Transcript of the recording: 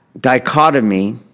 Dichotomy